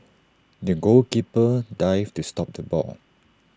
the goalkeeper dived to stop the ball